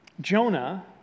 Jonah